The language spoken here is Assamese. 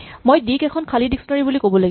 মই ডি ক এখন খালী ডিক্সনেৰী বুলি ক'ব লাগিব